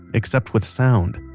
expect with sound.